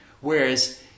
Whereas